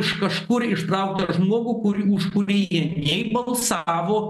iš kažkur ištrauktą žmogų kur už kurį jie nei balsavo